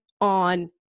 on